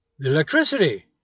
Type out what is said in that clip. electricity